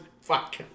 Fuck